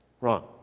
wrong